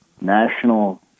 national